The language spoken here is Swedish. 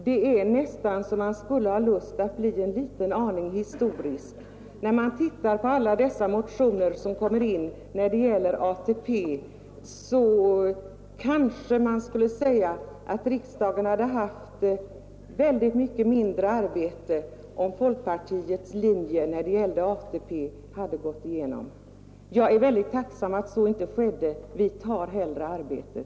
Herr talman! Det är nästan så att man skulle ha lust att se det hela en aning historiskt. Med tanke på alla dessa motioner som gäller ATP kanske riksdagen skulle ha haft mycket mindre arbete om folkpartiets linje i fråga om ATP hade gått igenom. Men jag är väldigt tacksam att så inte skedde; vi tar hellre merarbetet.